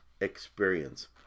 experience